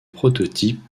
prototypes